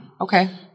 Okay